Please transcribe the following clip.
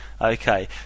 Okay